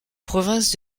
province